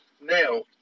Now